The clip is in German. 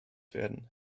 werden